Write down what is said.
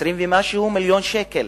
20 ומשהו מיליון שקל.